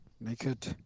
Naked